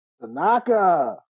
Tanaka